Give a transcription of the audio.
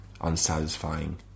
unsatisfying